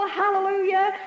hallelujah